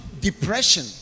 Depression